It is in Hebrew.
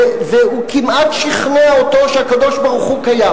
והוא כמעט שכנע אותו שהקדוש-ברוך-הוא קיים.